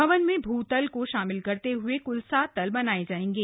भवन में भू तल को शामिल करते हुए कुल सात तल बनाए जाएंगे